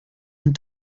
and